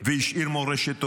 והשאיר מורשת טובה.